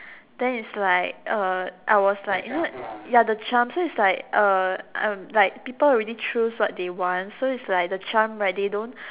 then is like uh I was like you know the jump so is like uh um like people already choose what they want so is like the jump right they don't